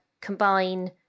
combine